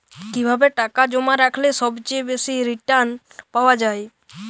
কিভাবে টাকা জমা রাখলে সবচেয়ে বেশি রির্টান পাওয়া য়ায়?